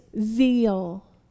zeal